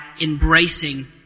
embracing